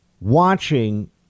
watching